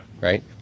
Right